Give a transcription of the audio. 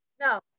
No